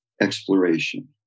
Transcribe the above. exploration